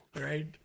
Right